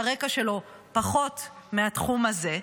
הרקע שלו פחות מהתחום הזה,